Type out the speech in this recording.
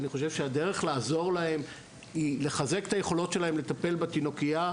אני חושב שהדרך לעזור לה היא לחזק את היכולות שלהם לטפל בתינוקייה,